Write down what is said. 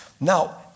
Now